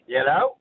hello